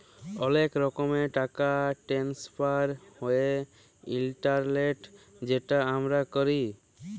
অলেক রকমের টাকা টেনেসফার হ্যয় ইলটারলেটে যেট আমরা ক্যরি